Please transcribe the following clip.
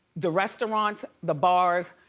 the restaurants, the bars.